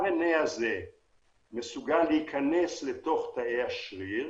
הרנ"א הזה מסוגל להיכנס לתוך תאי השריר